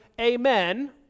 amen